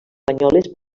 banyoles